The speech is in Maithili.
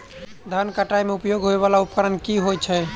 धान कटाई मे उपयोग होयवला उपकरण केँ होइत अछि?